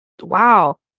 Wow